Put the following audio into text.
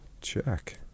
Check